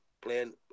playing